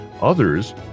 others